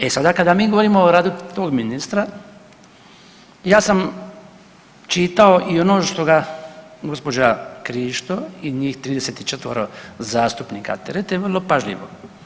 E sada kada mi govorimo o radu tog ministra ja sam čitao i ono što ga gospođa Krišto i njih 34 zastupnika terete vrlo pažljivo.